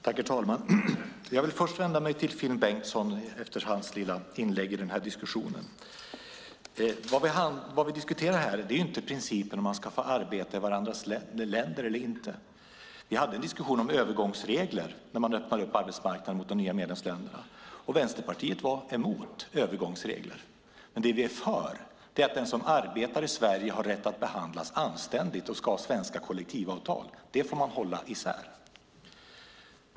Herr talman! Jag vill först vända mig till Finn Bengtsson efter hans lilla inlägg i diskussionen. Vad vi diskuterar här är inte principen om man ska få arbeta i varandras länder eller inte. Vi hade en diskussion om övergångsregler när man öppnade upp arbetsmarknaderna mot de nya medlemsländerna. Vänsterpartiet var emot övergångsregler. Det vi är för är att den som arbetar i Sverige har rätt att behandlas anständigt och ska ha svenska kollektivavtal. Det får man hålla isär.